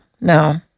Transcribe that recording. no